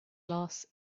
loss